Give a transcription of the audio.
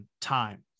time